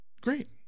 great